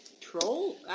Troll